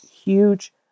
Huge